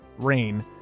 rain